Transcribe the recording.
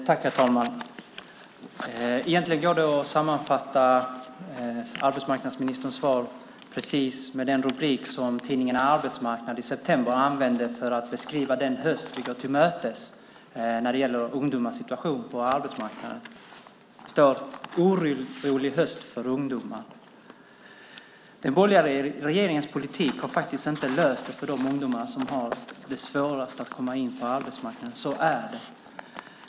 Herr talman! Egentligen går det att sammanfatta arbetsmarknadsministerns svar med den rubrik som tidningen Arbetsmarknad i september använde för att beskriva den höst vi går till mötes när det gäller ungdomars situation på arbetsmarknaden: "Orolig höst för unga". Den borgerliga regeringens politik har faktiskt inte löst det för de ungdomar som har det svårast att komma in på arbetsmarknaden. Så är det.